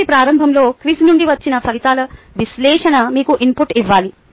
తరగతి ప్రారంభంలో క్విజ్ నుండి వచ్చిన ఫలితాల విశ్లేషణ మీకు ఇన్పుట్ ఇవ్వాలి